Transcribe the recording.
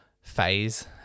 phase